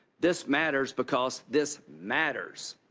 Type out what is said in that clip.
this matters because this matters.